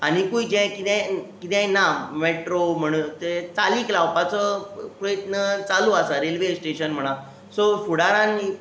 आनीकूय जें कितेंय ना मेट्रो म्हूण तें चालीक लावपाचो प्रयत्न चालू आसा रेल्वे स्टेशन म्हणा सो फुडारान सुदारणा सुदारणा आनीकूय जातलीं